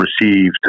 received